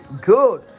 good